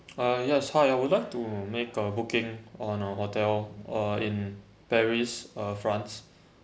uh yes hi I would like to make a booking on your hotel uh in paris uh france